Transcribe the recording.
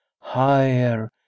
higher